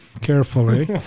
carefully